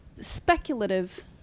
speculative